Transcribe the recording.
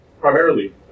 primarily